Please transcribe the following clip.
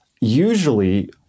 Usually